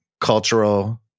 cultural